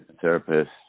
therapist